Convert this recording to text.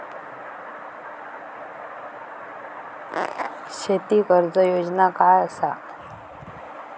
शेती कर्ज योजना काय असा?